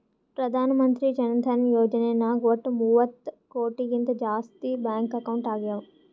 ಪ್ರಧಾನ್ ಮಂತ್ರಿ ಜನ ಧನ ಯೋಜನೆ ನಾಗ್ ವಟ್ ಮೂವತ್ತ ಕೋಟಿಗಿಂತ ಜಾಸ್ತಿ ಬ್ಯಾಂಕ್ ಅಕೌಂಟ್ ಆಗ್ಯಾವ